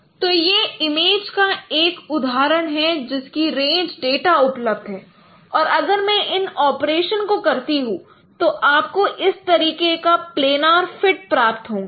तो यह इमेज का एक उदाहरण है जिसकी रेंज डेटा उपलब्ध है और अगर मैं इन ऑपरेशंस को करता हूं तो आपको इस तरीके का प्लेनर फिट प्राप्त होगा